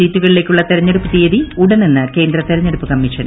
സീറ്റുകളിലേക്കുളള തെരഞ്ഞെടുപ്പ് തീയതി ഉടനെന്ന് കേന്ദ്ര തെരഞ്ഞെടുപ്പ് കമ്മീഷൻ